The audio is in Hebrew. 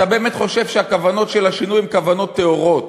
אתה באמת חושב שהכוונות של השינוי הן כוונות טהורות,